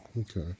Okay